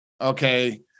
Okay